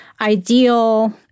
ideal